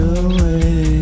away